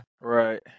right